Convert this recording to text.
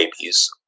babies